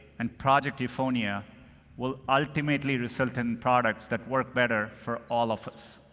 and project euphonia will ultimately result in products that work better for all of us.